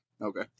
Okay